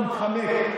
הוא התחמק.